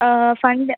fund